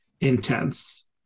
intense